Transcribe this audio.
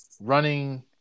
running